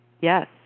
Yes